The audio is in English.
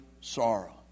sorrow